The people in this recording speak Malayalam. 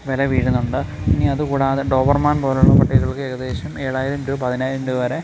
വില വീഴുന്നുണ്ട് ഇനി അതുകൂടാതെ ഡോവർമാൻ പോലെയുള്ള പട്ടികൾക്ക് ഏകദേശം ഏഴായിരം ടു പതിനായിരം രൂപ വരെ